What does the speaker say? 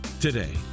Today